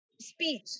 speech